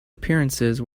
appearances